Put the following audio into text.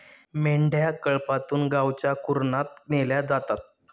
मेंढ्या कळपातून गावच्या कुरणात नेल्या जातात